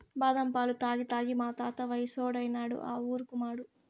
బాదం పాలు తాగి తాగి మా తాత వయసోడైనాడు ఆ ఊరుకుమాడు